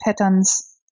patterns